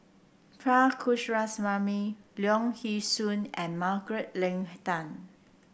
Coomaraswamy Leong Yee Soo and Margaret Leng Tan